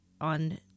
on